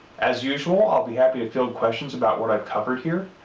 as usual, i'll be happy to field questions about what i've covered here,